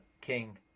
king